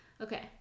Okay